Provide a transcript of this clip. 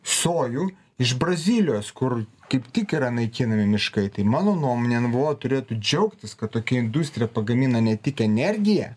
sojų iš brazilijos kur kaip tik yra naikinami miškai tai mano nuomone en v o turėtų džiaugtis kad tokia industrija pagamina ne tik energiją